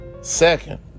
Second